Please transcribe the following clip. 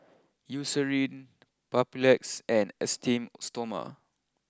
Eucerin Papulex and Esteem Stoma